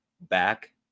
back